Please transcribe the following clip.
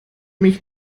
mich